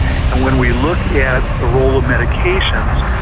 and when we look at the role of medications,